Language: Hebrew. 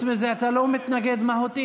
חוץ מזה, אתה לא מתנגד מהותית.